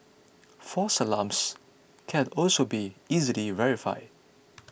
false alarms can also be easily verified